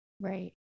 Right